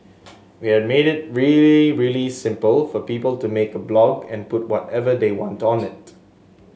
we are made it really really simple for people to make a blog and put whatever they want on it